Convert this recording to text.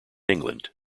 england